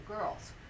girls